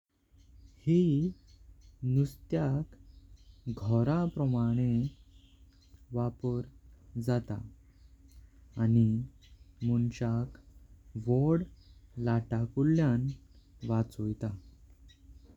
हे नुस्त्याक घर प्रमाणे वापर जाता आणि माणशांक वड लटकाडल्यां वाचोयता।